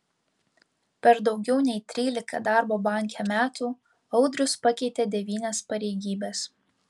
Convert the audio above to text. per daugiau nei trylika darbo banke metų audrius pakeitė devynias pareigybes